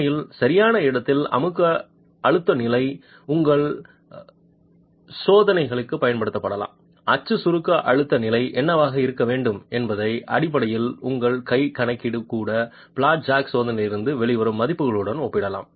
உண்மையில் சரியான இடத்தின் அழுத்த நிலை உங்கள் காசோலைகளுக்குப் பயன்படுத்தப்படலாம் அச்சு சுருக்க அழுத்த நிலை என்னவாக இருக்க வேண்டும் என்பதன் அடிப்படையில் உங்கள் கை கணக்கீடு கூட பிளாட் ஜாக் சோதனையிலிருந்து வெளிவரும் மதிப்புகளுடன் ஒப்பிடலாம்